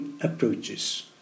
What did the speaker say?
Approaches